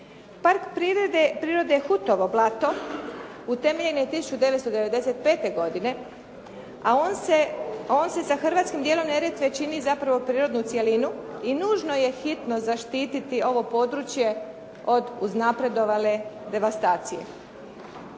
Park prirode Hutovo blato utemeljen je 1995. godine, a on se sa hrvatskim dijelom Neretve čini zapravo prirodnu cjelinu i nužno je hitno zaštititi ovo područje od uznapredovale devastacije.